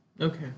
Okay